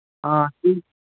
తీ